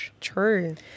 True